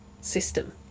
system